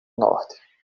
norte